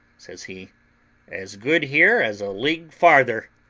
says he as good here as a league farther.